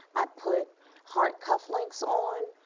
i put heart cuff links on,